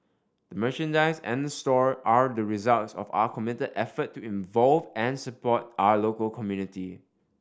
the merchandise and the store are the results of our committed effort to involve and support our local community